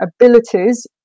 abilities